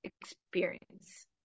experience